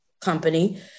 company